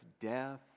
death